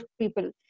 people